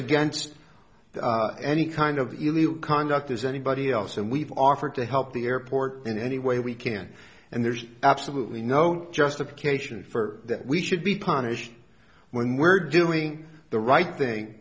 against any kind of the illegal conduct as anybody else and we've offered to help the airport in any way we can and there's absolutely no justification for that we should be punished when we're doing the right thing